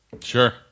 Sure